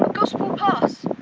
ah gospel pass,